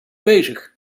bezig